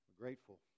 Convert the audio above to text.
grateful